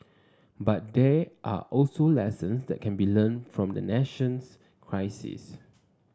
but there are also lessons that can be learnt from the nation's crisis